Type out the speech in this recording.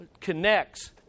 connects